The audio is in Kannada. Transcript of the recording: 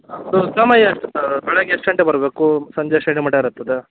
ಅದು ಸಮಯ ಎಷ್ಟು ಸರ್ ಬೆಳಗ್ಗೆ ಎಷ್ಟು ಗಂಟೆಗೆ ಬರಬೇಕು ಸಂಜೆ ಎಷ್ಟು ಗಂಟೆ ಮಟ ಇರುತ್ತದು